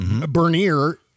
Bernier